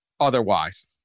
otherwise